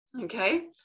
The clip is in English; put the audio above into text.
Okay